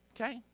Okay